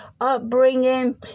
upbringing